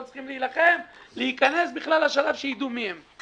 צריכים להילחם להיכנס בכלל לשלב שיידעו מי הם.